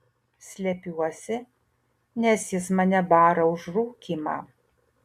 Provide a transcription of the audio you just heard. slepiuosi nes jis mane bara už rūkymą